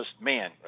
man